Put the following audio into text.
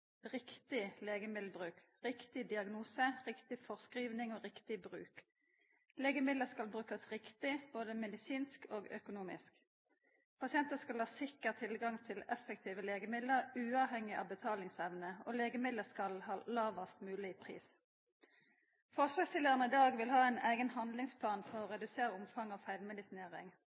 riktig legemiddelbruk, riktig diagnose, riktig føreskriving og riktig bruk. Legemiddel skal brukast riktig både medisinsk og økonomisk. Pasientar skal ha sikker tilgang på effektive legemiddel uavhengig av betalingsevne, og legemidla skal ha lågast mogleg pris. Forlagsstillarane i dag vil ha ein eigen handlingsplan for å redusera omfanget av feilmedisinering.